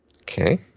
Okay